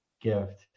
gift